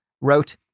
wrote